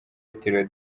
yitiriwe